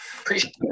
Appreciate